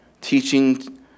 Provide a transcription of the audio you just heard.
teaching